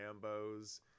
Rambos